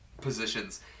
positions